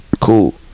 Cool